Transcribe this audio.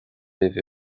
libh